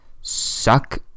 suck